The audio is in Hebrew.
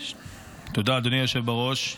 תודה, אדוני היושב בראש.